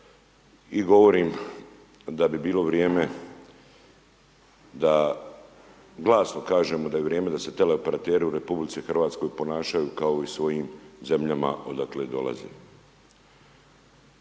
i govorim da bi bilo vrijeme da glasno kažemo da je vrijeme da se teleoperateri u RH ponašaju kao i u svojim zemljama odakle dolaze.